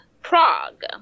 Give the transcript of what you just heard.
Prague